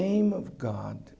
aim of god